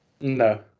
No